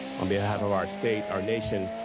on behalf of our state, our nation,